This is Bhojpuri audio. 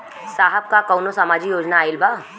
साहब का कौनो सामाजिक योजना आईल बा?